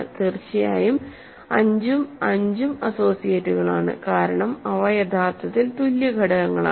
തീർച്ചയായും 5 ഉം 5 ഉം അസോസിയേറ്റുകളാണ് കാരണം അവ യഥാർത്ഥത്തിൽ തുല്യ ഘടകങ്ങളാണ്